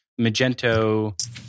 Magento